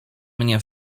mnie